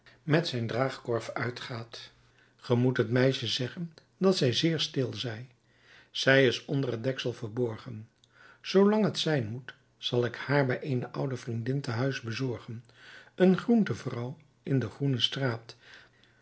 met zijn draagkorf uitgaat ge moet het meisje zeggen dat zij zeer stil zij zij is onder het deksel verborgen zoolang het zijn moet zal ik haar bij eene oude vriendin te huis bezorgen een groentevrouw in de groene straat